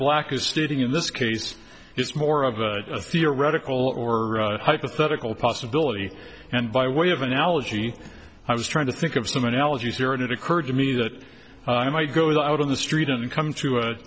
black is sitting in this case it's more of a theoretical or hypothetical possibility and by way of analogy i was trying to think of some analogy here and it occurred to me that i might go out on the street and come to